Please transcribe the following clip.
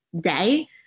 day